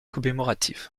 commémorative